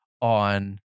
on